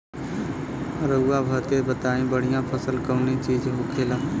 रउआ सभे बताई बढ़ियां फसल कवने चीज़क होखेला?